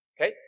Okay